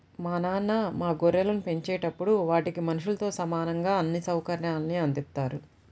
మా నాన్న మా గొర్రెలను పెంచేటప్పుడు వాటికి మనుషులతో సమానంగా అన్ని సౌకర్యాల్ని అందిత్తారు